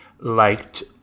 liked